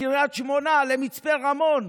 לקריית שמונה ולמצפה רמון